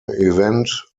event